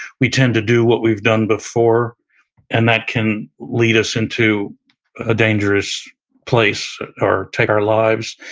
we tend to do what we've done before and that can lead us into a dangerous place or take our lives.